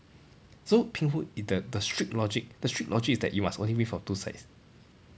so pinghu the the strict logic the strict logic is that you must only win from two sides